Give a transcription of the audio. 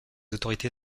autorités